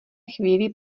chvíli